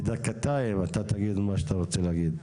בדקותיים אתה תגיד את מה שאתה רוצה להגיד.